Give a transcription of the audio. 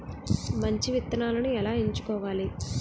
మంచి విత్తనాలను ఎలా ఎంచుకోవాలి?